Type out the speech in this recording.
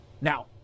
now